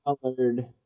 Colored